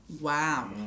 Wow